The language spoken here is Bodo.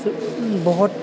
जो बहद